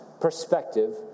perspective